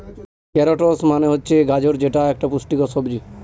carrots মানে হচ্ছে গাজর যেটা এক পুষ্টিকর সবজি